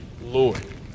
Lord